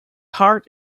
heart